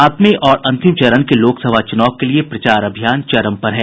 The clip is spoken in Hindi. सातवें और अंतिम चरण के लोकसभा चुनाव के लिये प्रचार अभियान चरम पर है